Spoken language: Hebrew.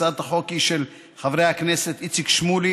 הצעת החוק היא של חברי הכנסת איציק שמולי,